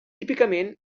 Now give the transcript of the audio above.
típicament